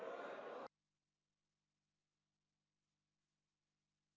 Дякую